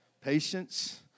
patience